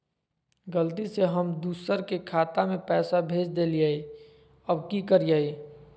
गलती से हम दुसर के खाता में पैसा भेज देलियेई, अब की करियई?